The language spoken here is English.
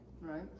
right